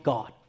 God